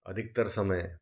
अधिकतर समय